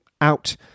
out